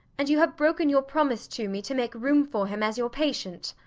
and you have broken your promise to me to make room for him as your patient.